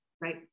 Right